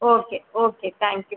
okay okay thank you